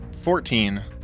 Fourteen